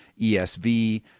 ESV